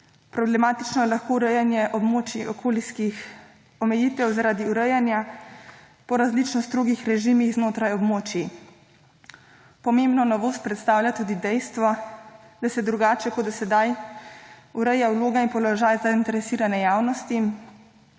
Problematično je lahko urejanje območij okoljskih omejitev zaradi urejanja po različno strogih režimih znotraj območij. Pomembno novost predstavlja tudi dejstvo, da se drugače kot do sedaj ureja vloga in položaj zainteresirane javnosti